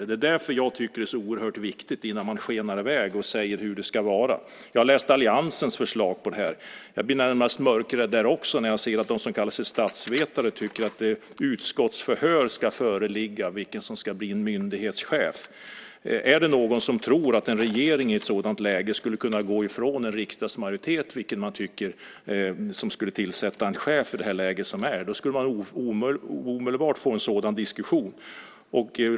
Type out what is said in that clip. Det är därför jag tycker att det är så oerhört viktigt att man inte skenar i väg och säger hur det ska vara. Jag har läst alliansens förslag här. Jag blir närmast mörkrädd också när jag ser att de som kallas statsvetare tycker att utskottsförhör ska hållas när det ska bestämmas vem som ska bli myndighetschef. Är det någon som tror att en regering i ett sådant läge skulle kunna gå ifrån en riksdagsmajoritet när man ska tillsätta en chef? Då skulle man omedelbart få en diskussion.